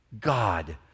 God